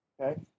okay